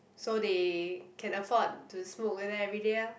so they can afford to smoke there everyday uh